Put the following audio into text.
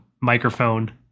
microphone